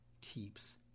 keeps